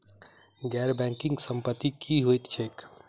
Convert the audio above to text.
गैर बैंकिंग संपति की होइत छैक?